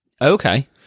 Okay